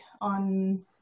on